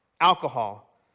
alcohol